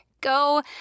Go